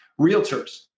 realtors